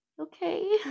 Okay